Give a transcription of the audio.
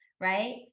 right